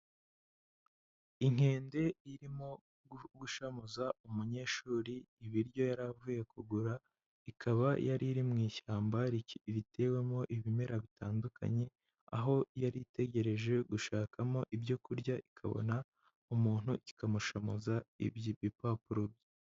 Inkende irimo gushamuza umunyeshuri ibiryo yari avuye kugura, ikaba yari iri mu ishyamba ritewemo ibimera bitandukanye, aho yari itegereje gushakamo ibyo kurya ikabona umuntu ikamushamuza ibipapuro bye.